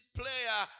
player